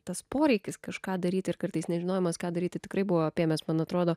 tas poreikis kažką daryti ir kartais nežinojimas ką daryti tikrai buvo apėmęs man atrodo